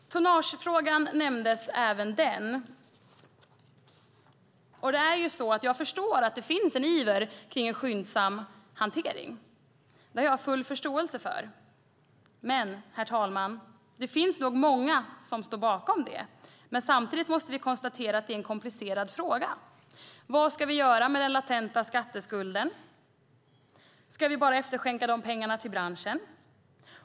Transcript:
Tonnagefrågan har också nämnts. Jag förstår att det finns en iver och en önskan om skyndsam hantering. Det har jag full förståelse för. Det finns nog många som står bakom det, men vi måste konstatera att det är en komplicerad fråga. Vad ska vi göra med den latenta skatteskulden? Ska vi bara efterskänka de pengarna till branschen?